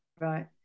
right